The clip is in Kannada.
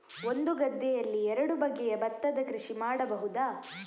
ಒಂದು ಗದ್ದೆಯಲ್ಲಿ ಎರಡು ಬಗೆಯ ಭತ್ತದ ಕೃಷಿ ಮಾಡಬಹುದಾ?